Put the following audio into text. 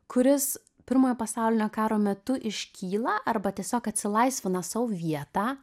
kuris pirmojo pasaulinio karo metu iškyla arba tiesiog atsilaisvina sau vietą